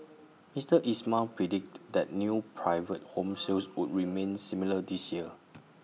Mister Ismail predicted that new private home sales would remain similar this year